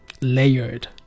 layered